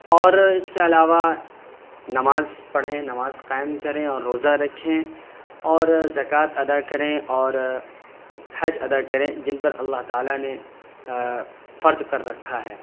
اور کے علاوہ نماز پڑھیں نماز قائم کریں اور روزہ رکھیں اور زکوۃ ادا کریں اور حج ادا کریں جن پر اللہ تعالیٰ نے فرض کر رکھا ہے